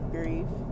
grief